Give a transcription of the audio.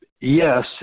Yes